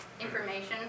information